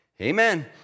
Amen